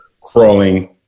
crawling